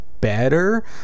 better